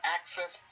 Access